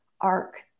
arc